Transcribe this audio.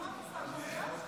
התשפ"ג 2023,